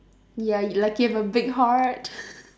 ya y~ like you have a big heart